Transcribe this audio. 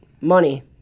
money